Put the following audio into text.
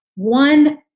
One